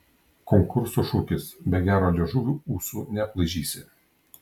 konkurso šūkis be gero liežuvio ūsų neaplaižysi